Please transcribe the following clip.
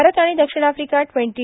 भारत आणि दक्षिण Africa twenty